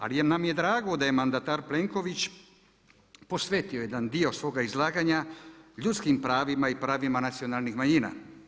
Ali nam je drago da je mandatar Plenković posveti jedan dio svoga izlaganja ljudskih pravima i pravima nacionalnih manjina.